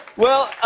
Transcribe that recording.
well,